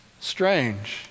Strange